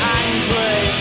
angry